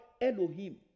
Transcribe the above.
Elohim